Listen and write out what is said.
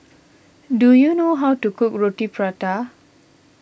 do you know how to cook Roti Prata